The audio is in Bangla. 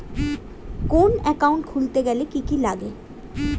কোন একাউন্ট খুলতে গেলে কি কি লাগে?